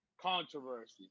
controversy